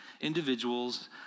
individuals